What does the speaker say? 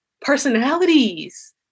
personalities